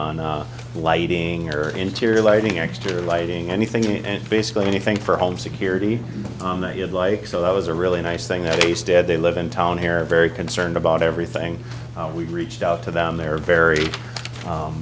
on the lighting or interior lighting exter lighting anything and basically anything for home security on the you'd like so that was a really nice thing that he's dead they live in town here are very concerned about everything we've reached out to them they're very